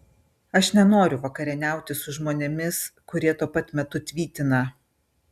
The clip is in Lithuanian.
aš nenoriu vakarieniauti su žmonėmis kurie tuo pat metu tvytina